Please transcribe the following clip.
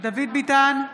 דוד ביטן,